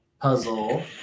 puzzle